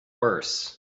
worse